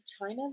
China